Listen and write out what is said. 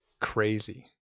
crazy